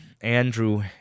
Andrew